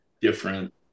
different